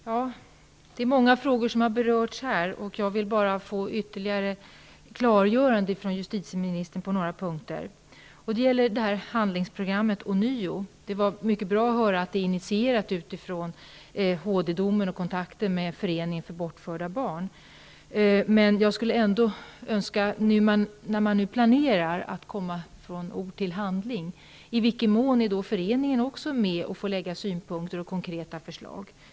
Fru talman! Många frågor har berörts här. Jag vill bara få ytterligare klargöranden från justitieministern på några punkter. Jag vill ånyo ta upp handlingsprogrammet. Det var mycket bra att få höra att det är initierat utifrån HD-domen och kontakter med Bortrövade barns förening. När man nu planerar att gå från ord till handling, i vilken mån har då föreningen möjlighet att lägga fram synpunkter och konkreta förslag?